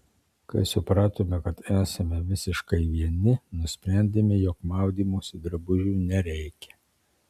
kai supratome kad esame visiškai vieni nusprendėme jog maudymosi drabužių nereikia